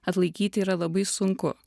atlaikyti yra labai sunku